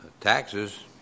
taxes